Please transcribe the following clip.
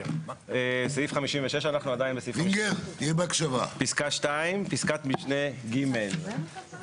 סעיף 56, פסקה (2), פסקת משנה (ג).